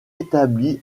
établi